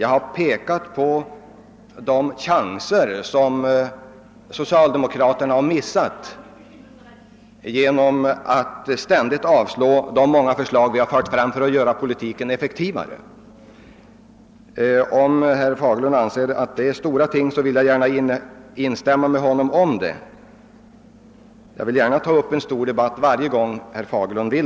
Jag har pekat på de chanser som socialdemokraterna missat genom att ständigt avslå de många förslag vi fört fram för att göra lokaliseringspolitiken effektivare. Om herr Fagerlund anser att detta är stora frågor vill jag gärna instämma i detta. Jag är emellertid villig att ta upp en stor debatt om dessa frågor varje gång herr Fagerlund så önskar.